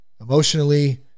emotionally